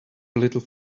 little